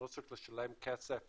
לא צריך לשלם כסף